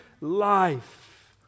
life